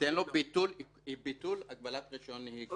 ניתן לו ביטול הגבלת רישיון נהיגה.